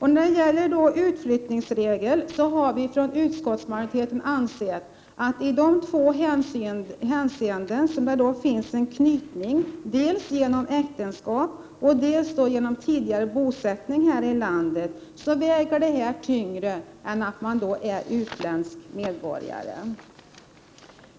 Beträffande utflyttningsregeln anser vi inom utskottsmajoriteten att den omständigheten att det finns en anknytning dels genom äktenskap, dels genom tidigare bosättning här i landet väger tyngre än att man är utländsk medborgare.